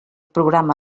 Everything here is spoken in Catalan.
programa